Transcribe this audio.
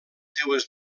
seues